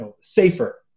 safer